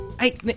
Hey